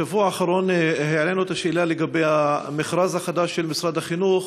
בשבוע האחרון העלינו את השאלה לגבי המכרז החדש של משרד החינוך